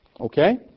Okay